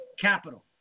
capital